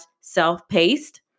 self-paced